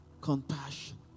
compassion